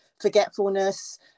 forgetfulness